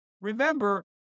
Remember